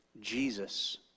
Jesus